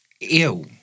Ew